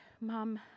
mom